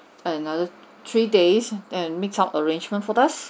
another three days and make out arrangement for us